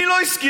מי לא הסכים?